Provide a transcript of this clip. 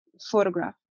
photograph